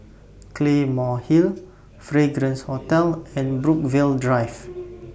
Claymore Hill Fragrance Hotel and Brookvale Drive